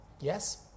Yes